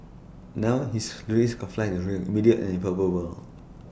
now his risk of flight is real immediate and palpable